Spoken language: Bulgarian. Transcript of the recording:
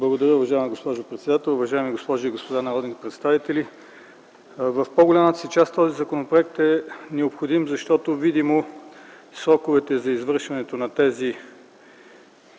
Благодаря, уважаема госпожо председател. Уважаеми госпожи и господа народни представители, в по-голямата си част този законопроект е необходим, защото видимо сроковете за провеждането на тези